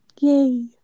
yay